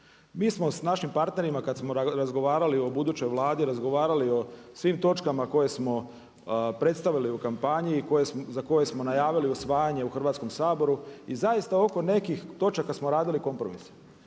Mi smo s našim partnerima kada smo razgovarali o budućoj Vladi razgovarali o svim točkama koje smo predstavili u kampanji i za koje smo najavili usvajanje u Hrvatskom saboru i zaista oko nekih točaka smo radili kompromise,